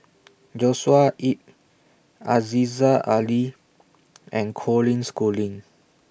Joshua Ip Aziza Ali and Colin Schooling